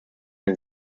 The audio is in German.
den